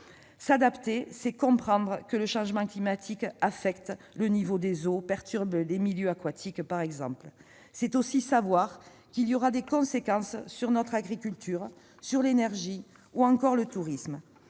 S'adapter, c'est comprendre que le changement climatique affecte le niveau des eaux et perturbe les milieux aquatiques. C'est aussi savoir qu'il aura des conséquences pour notre agriculture, l'énergie ou encore le tourisme.